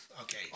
Okay